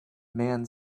man